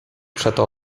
przeto